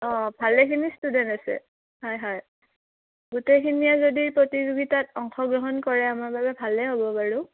অঁ ভালেখিনি ষ্টুডেণ্ট আছে হয় হয় গোটেইখিনিয়ে যদি প্ৰতিযোগিতাত অংশগ্ৰহণ কৰে আমাৰ বাবে ভালেই হ'ব বাৰু